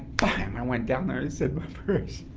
bam! i went down there and said my prayers.